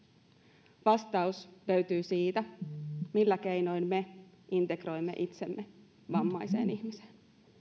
integroidaan meihin vastaus löytyy siitä millä keinoin me integroimme itsemme vammaiseen ihmiseen